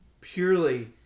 purely